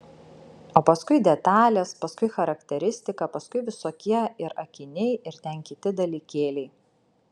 o paskui detalės paskui charakteristika paskui visokie ir akiniai ir ten kiti dalykėliai